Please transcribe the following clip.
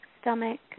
stomach